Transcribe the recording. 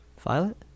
Violet